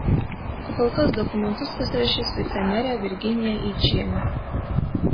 o kol kas dokumentus pasirašys vicemerė virginija eičienė